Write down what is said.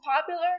popular